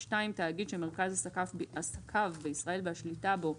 (2) תאגיד שמרכז עסקיו בישראל והשליטה בו,